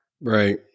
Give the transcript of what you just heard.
right